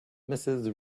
mrs